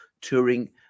touring